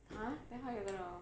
!huh! then how you gonna